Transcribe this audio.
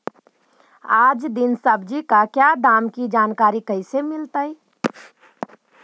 आज दीन सब्जी का क्या दाम की जानकारी कैसे मीलतय?